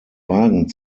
wagen